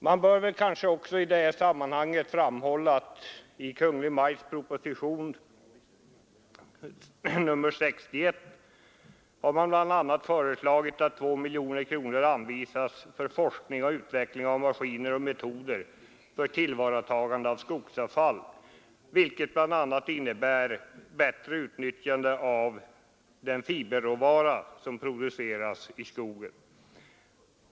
Det bör kanske i detta sammanhang också framhållas att Kungl. Maj:t i proposition nr 61 bl.a. har föreslagit att 2 miljoner kronor anvisas för forskning om och utveckling av maskiner och metoder för tillvaratagande av skogsavfall m.m., vilket oc innebär ett bättre utnyttjande av den fiberråvara som produceras i skogen.